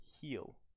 Heal